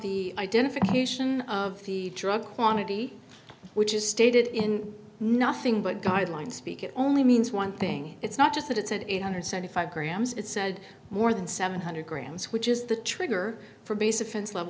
the identification of the drug quantity which is stated in nothing but guideline speak it only means one thing it's not just that it's an eight hundred seventy five grams it said more than seven hundred grams which is the trigger for base offense le